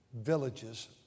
villages